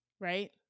right